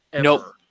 Nope